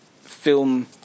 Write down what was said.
film